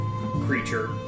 creature